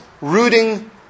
rooting